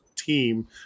team